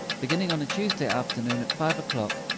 beginning on a tuesday afternoon at five o'clock,